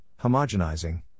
homogenizing